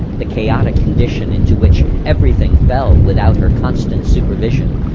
the chaotic condition into which everything fell without her constant supervision,